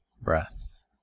breath